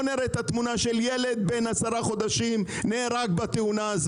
נראה את התמונה של ילד בן עשרה חודשים נהרג בתאונה.